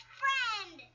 friend